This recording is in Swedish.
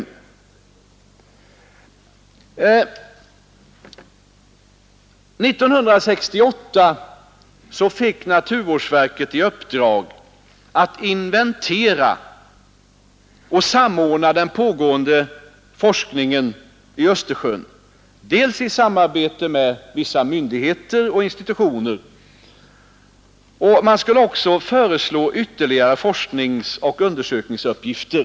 År 1968 fick naturvårdsverket i uppdrag dels att inventera och samordna den pågående forskningen i Östersjön i samarbete med vissa myndigheter och institutioner, dels att föreslå ytterligare forskningsoch undersökningsuppgifter.